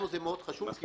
לנו זה מאוד חשוב.